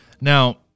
Now